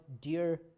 dear